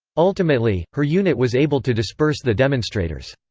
ultimately, her unit was able to disperse the demonstrators.